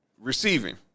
Receiving